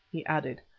he added.